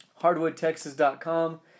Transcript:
HardwoodTexas.com